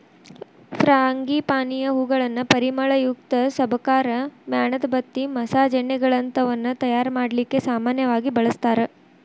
ಫ್ರಾಂಗಿಪಾನಿಯ ಹೂಗಳನ್ನ ಪರಿಮಳಯುಕ್ತ ಸಬಕಾರ್, ಮ್ಯಾಣದಬತ್ತಿ, ಮಸಾಜ್ ಎಣ್ಣೆಗಳಂತವನ್ನ ತಯಾರ್ ಮಾಡ್ಲಿಕ್ಕೆ ಸಾಮನ್ಯವಾಗಿ ಬಳಸ್ತಾರ